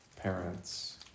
parents